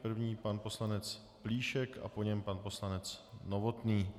První pan poslanec Plíšek, po něm pan poslanec Novotný.